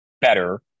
better